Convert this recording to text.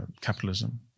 capitalism